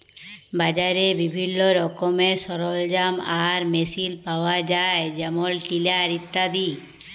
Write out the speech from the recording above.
বাজারে বিভিল্ল্য রকমের সরলজাম আর মেসিল পাউয়া যায় যেমল টিলার ইত্যাদি